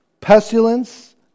pestilence